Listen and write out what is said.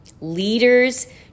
Leaders